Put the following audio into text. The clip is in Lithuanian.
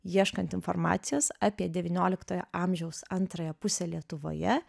ieškant informacijos apie devynioliktojo amžiaus antrąją pusę lietuvoje